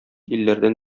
илләрдән